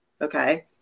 Okay